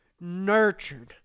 nurtured